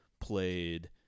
played